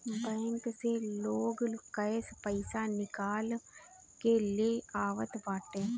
bank से लोग cash पईसा निकाल के ले आवत बाटे